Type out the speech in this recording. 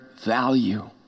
value